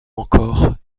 encore